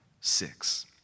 Six